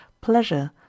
pleasure